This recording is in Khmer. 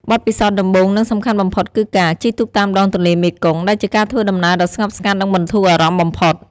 បទពិសោធន៍ដំបូងនិងសំខាន់បំផុតគឺការ ជិះទូកតាមដងទន្លេមេគង្គ ដែលជាការធ្វើដំណើរដ៏ស្ងប់ស្ងាត់និងបន្ធូរអារម្មណ៍បំផុត។